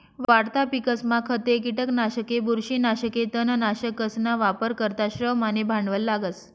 वाढता पिकसमा खते, किटकनाशके, बुरशीनाशके, तणनाशकसना वापर करता श्रम आणि भांडवल लागस